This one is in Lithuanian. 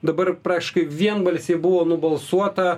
dabar praktiškai vienbalsiai buvo nubalsuota